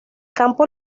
campo